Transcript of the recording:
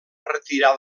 retirar